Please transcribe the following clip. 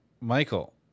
Michael